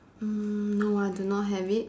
mm no I do not have it